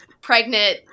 pregnant